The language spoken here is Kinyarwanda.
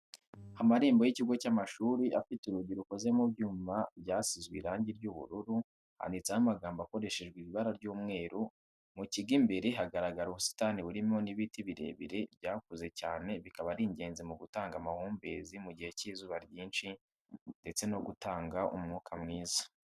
Amarembo y'ikigo cy'amashuri afite urugi rukoze mu byuma byasizwe irangi ry'ubururui handitseho amagambo akoreshejwe ibara ry'umweru, mu kigo imbere hagaragara ubusitani burimo n'ibiti birebire byakuze cyane bikaba ari ingenzi mu gutanga amahumbezi mu gihe cy'izuba ryinshi ndetse no gutanga umwuka mwiza.